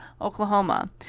Oklahoma